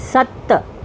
सत